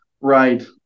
Right